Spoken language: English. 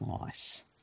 Nice